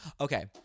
Okay